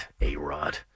A-Rod